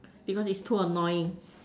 because is too annoying